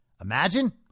Imagine